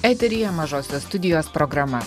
eteryje mažosios studijos programa